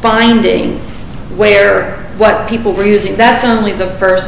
finding where what people were using that's only the first